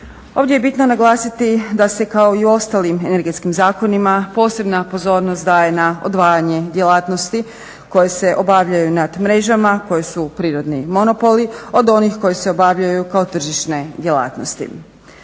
Ovdje je bitno naglasiti da se i kao u ostalim energetskim zakonima posebna pozornost daje na odvajanje djelatnosti koje se obavljaju nad mrežama koje su prirodni monopoli od onih koje se obavljaju kao tržišne djelatnosti.